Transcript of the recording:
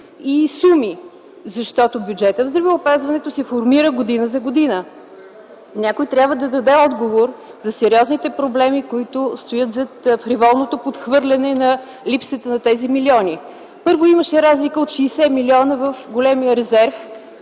и суми! Защото бюджетът в здравеопазването се формира година за година. Някой трябва да даде отговор за сериозните проблеми, които стоят зад фриволното подхвърляне за липсата на тези милиони. Първо имаше разлика от 60 милиона в големия резерв.